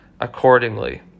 accordingly